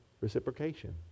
reciprocation